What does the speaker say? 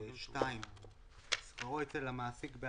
אז אם זה משהו שהוועדה רוצה אותו צריך לתקן.